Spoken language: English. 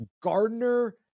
gardner